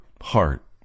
heart